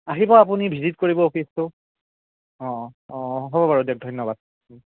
আহিব আপুনি ভিজিট কৰিব অফিচটো অঁ অঁ হ'ব বাৰু দিয়ক ধন্যবাদ